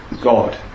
God